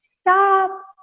stop